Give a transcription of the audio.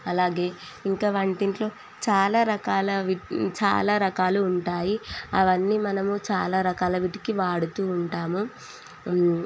అలాగే ఇంకా వంటింట్లో చాలా రకాల వి చాలా రకాలు ఉంటాయి అవన్నీ మనము చాలా రకాల వీటికి వాడుతూ ఉంటాము